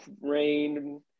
rain